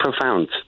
profound